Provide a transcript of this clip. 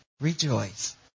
Rejoice